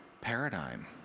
paradigm